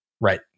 Right